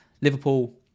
Liverpool